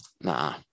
nah